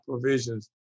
provisions